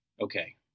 Okay